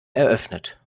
eröffnet